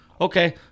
Okay